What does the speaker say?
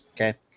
okay